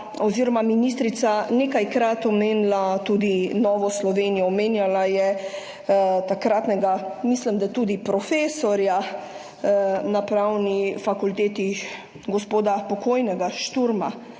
ker je ministrica nekajkrat omenila tudi Novo Slovenijo. Omenjala je takratnega, mislim, da tudi profesorja na Pravni fakulteti, gospoda pokojnega Šturma